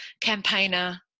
campaigner